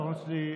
אדוני,